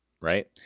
right